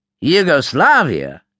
Yugoslavia